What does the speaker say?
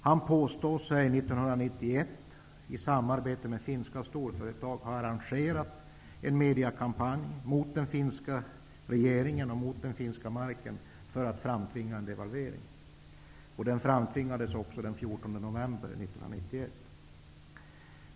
Han påstår sig år 1991 i samarbete med finska storföretag ha arrangerat en mediakampanj mot den finska regeringen och mot den finska marken för att framtvinga en devalvering. Den framtvingades också den 14 november 1991.